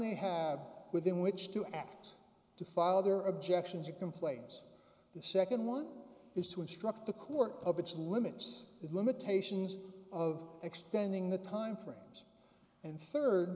they have within which to act to file their objections or complains the second one is to instruct the court of its limits the limitations of extending the time frames and third